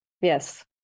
Yes